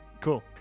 Cool